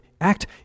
act